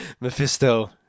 Mephisto